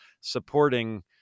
supporting